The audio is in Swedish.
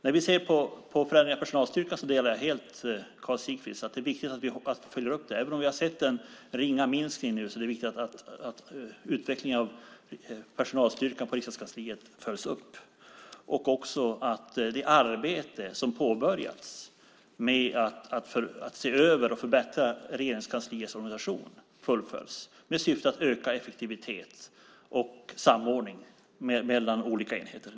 När vi ser på förändringen av personalstyrkan delar jag helt Karl Sigfrids uppfattning. Det är viktigt att vi följer upp det. Även om vi nu har sett en ringa minskning är det viktigt att utvecklingen av personalstyrkan på Regeringskansliet följs upp. Det är också viktigt att det arbete som påbörjats med att se över och förbättra Regeringskansliets organisation med syfte att öka effektivitet och samordning mellan olika enheter också följs upp.